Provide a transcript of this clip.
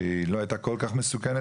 שהיא לא הייתה כל כך מסוכנת,